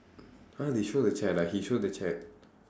!huh! they show the chat ah like he show the chat